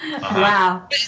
Wow